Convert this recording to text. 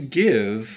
give